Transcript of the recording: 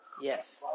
Yes